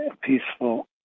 peaceful